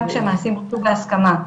גם כשהמעשים בוצעו בהסכמה,